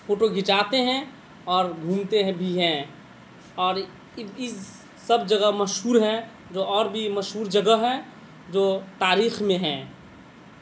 photo گھچاتے ہیں اور گھومتے ہیں بھی ہیں اور اس سب جگہ مشہور ہیں جو اور بھی مشہور جگہ ہیں جو تاریخ میں ہیں